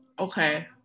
okay